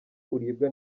uribwa